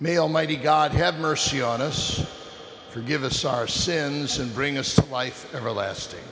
almighty god have mercy on us forgive us our sins and bring us the life everlasting